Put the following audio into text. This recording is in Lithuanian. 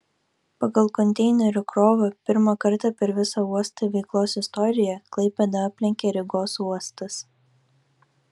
pagal konteinerių krovą pirmą kartą per visa uostų veiklos istoriją klaipėdą aplenkė rygos uostas